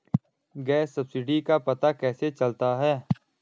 Gas subsidy का पता कैसे चलता है?